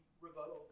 rebuttal